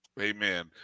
Amen